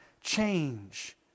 change